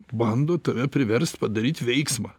bando tave priverst padaryt veiksmą